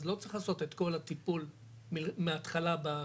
אז לא צריך לעשות את כל הטיפול מהתחלה בשפכים,